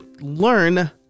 learn